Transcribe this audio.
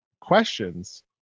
questions